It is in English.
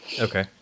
Okay